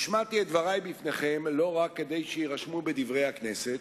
השמעתי את דברי בפניכם לא רק כדי שיירשמו ב"דברי הכנסת",